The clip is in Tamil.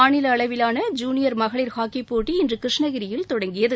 மாநில அளவிவான ஜூனியர் மகளிர் ஹாக்கிப்போட்டி இன்று கிருஷ்ணகிரியில் தொடங்கியது